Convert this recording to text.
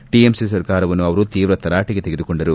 TMC ಸರ್ಕಾರವನ್ನು ಅವರು ತೀವ್ರ ತರಾಟೆಗೆ ತೆಗೆದುಕೊಂಡರು